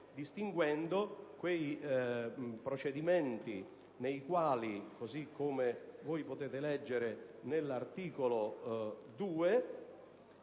distinguendo quei procedimenti nei quali, così come voi potete leggere nell'articolo 2,